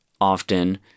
often